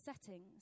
settings